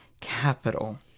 capital